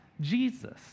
Jesus